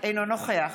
אינו נוכח